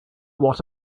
what